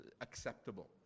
acceptable